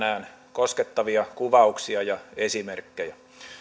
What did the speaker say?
koskettavia kuvauksia ja esimerkkejä